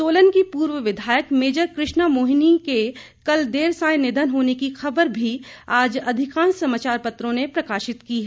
सोलन की पूर्व विधायक मेजर कृष्णा मोहिनी के कल देर सायं निधन होने से की खबर भी आज अधिकांश समाचार पत्रों ने प्रकाशित की है